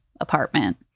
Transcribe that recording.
apartment